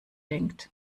denkt